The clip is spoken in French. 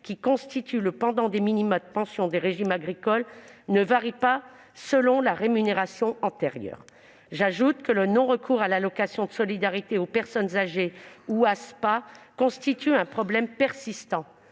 qui constitue le pendant des minima de pension des régimes agricoles, ne varie pas selon la rémunération antérieure. De plus, le non-recours à l'allocation de solidarité aux personnes âgées (ASPA) constitue un problème persistant.